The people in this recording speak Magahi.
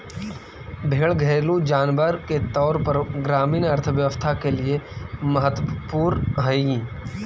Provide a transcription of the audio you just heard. भेंड़ घरेलू जानवर के तौर पर ग्रामीण अर्थव्यवस्था के लिए महत्त्वपूर्ण हई